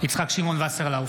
יצחק שמעון וסרלאוף,